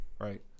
Right